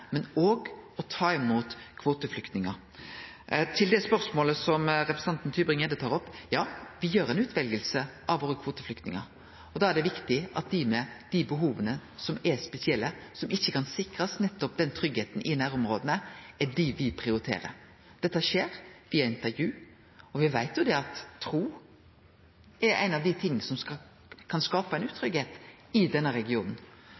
men òg om å ta imot kvoteflyktningar. Til det spørsmålet som representanten Tybring-Gjedde tar opp: Ja, me gjer ei utveljing av kvoteflyktningane våre. Da er det viktig at det er dei med dei spesielle behova, dei som ikkje kan sikrast tryggleik i nærområda, me prioriterer. Dette skjer i intervju. Me veit at tru er ein av dei tinga som kan skape utryggleik i denne regionen.